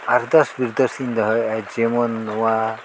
ᱟᱨᱫᱟᱥ ᱵᱤᱨᱫᱮᱥᱤᱧ ᱫᱚᱦᱚᱭᱮᱫᱟ ᱡᱮᱢᱚᱱ ᱱᱚᱣᱟ